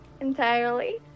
entirely